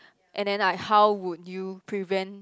and then like how would prevent